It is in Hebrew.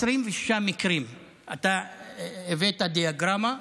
אתה הבאת דיאגרמה,